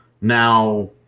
Now